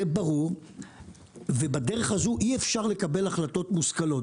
בדרך הזו אי אפשר לקבל החלטות מושכלות.